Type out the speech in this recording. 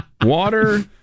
water